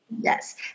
Yes